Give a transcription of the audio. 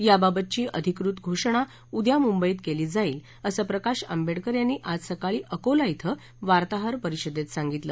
याबाबतची अधिकृत घोषणा उद्या मुंबईत केली जाईल असे प्रकाश आंबेडकर यांनी आज सकाळी अकोला इथं वार्ताहर परिषदेत सांगितलं